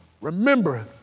Remember